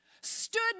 stood